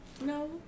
No